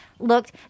looked